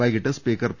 വൈകീട്ട് speaker P